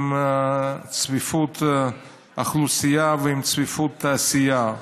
עם צפיפות אוכלוסייה ועם צפיפות תעשייה,